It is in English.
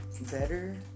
Better